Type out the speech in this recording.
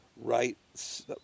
Right